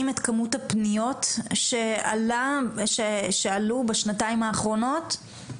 את כמות הפניות שעלו בשנתיים האחרונות.